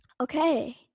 Okay